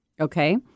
Okay